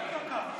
מה זה דקה?